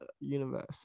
universe